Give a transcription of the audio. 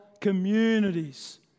communities